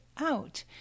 out